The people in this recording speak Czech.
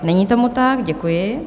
Není tomu tak, děkuji.